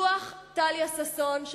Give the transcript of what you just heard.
דוח טליה ששון,